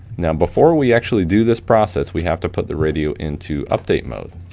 now, before we actually do this process, we have to put the radio into update mode.